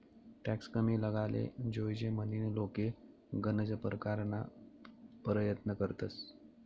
tax कमी लागाले जोयजे म्हनीन लोके गनज परकारना परयत्न करतंस